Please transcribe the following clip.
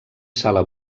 sala